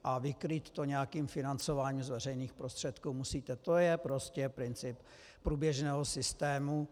A vykrýt to nějakým financováním z veřejných prostředků musíte, to je prostě princip průběžného systému.